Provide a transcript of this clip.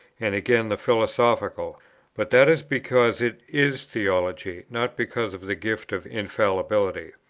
and again the philosophical but that is because it is theology, not because of the gift of infallibility.